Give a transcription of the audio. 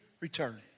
return